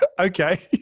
okay